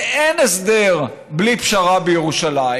ואין הסדר בלי פשרה בירושלים?